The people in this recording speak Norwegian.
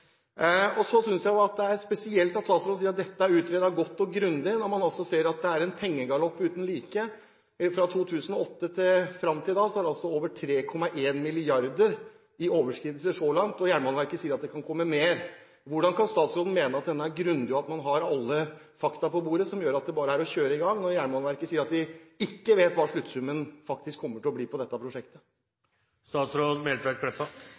altså 3,1 mrd. kr i overskridelser – så langt – og Jernbaneverket sier at det kan komme mer. Hvordan kan statsråden mene at dette er grundig utredet, og at man har alle fakta på bordet som gjør at det bare er å kjøre i gang, når Jernbaneverket sier at de ikke vet hva sluttsummen faktisk kommer til å bli på dette prosjektet?